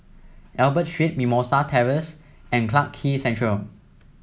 Albert Street Mimosa Terrace and Clarke Quay Central